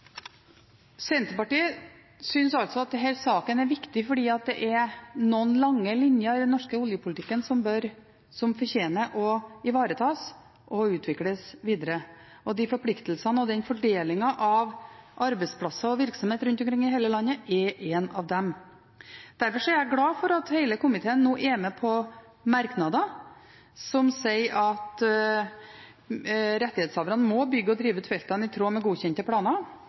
Senterpartiet synes altså at denne saken er viktig fordi det er noen lange linjer i den norske oljepolitikken som fortjener å ivaretas og utvikles videre. De forpliktelsene og den fordelingen av arbeidsplasser og virksomhet rundt omkring i hele landet er noe av det. Derfor er jeg glad for at hele komiteen nå er med på merknader om at at rettighetshaverne må bygge ut og drive feltene i tråd med godkjente planer,